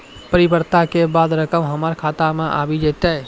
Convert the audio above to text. परिपक्वता के बाद रकम हमरा खाता मे आबी जेतै?